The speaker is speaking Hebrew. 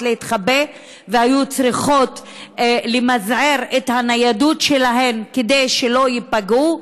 להתחבא והיו צריכות למזער את הניידות שלהן כדי שלא ייפגעו.